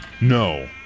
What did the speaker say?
No